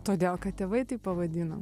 todėl kad tėvai taip pavadino